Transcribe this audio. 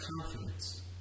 confidence